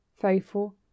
faithful